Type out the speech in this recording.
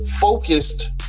focused